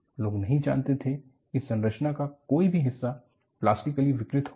लोग नहीं चाहते थे कि संरचना का कोई भी हिस्सा प्लास्टिकली विकृत हो जाए